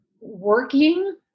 working